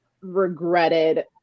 regretted